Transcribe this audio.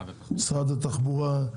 עם משרד התחבורה,